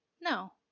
No